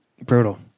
Brutal